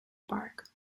park